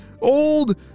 old